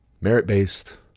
merit-based